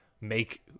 make